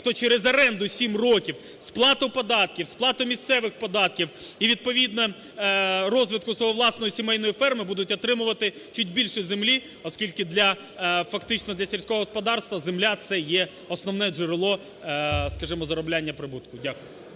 хто через оренду 7 років сплату податків, сплату місцевих податків і відповідно розвитку своєї власної сімейної ферми будуть отримувати чуть більше землі, оскільки фактично для сільського господарства земля – це є основне джерело, скажімо, заробляння прибутку. Дякую.